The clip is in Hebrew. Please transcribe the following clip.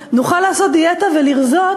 בשאלה אם נוכל לעשות דיאטה ולרזות,